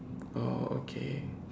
oh okay